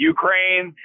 Ukraine